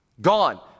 gone